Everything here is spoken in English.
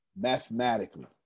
Mathematically